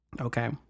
Okay